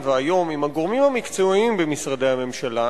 והיום עם הגורמים המקצועיים במשרדי הממשלה,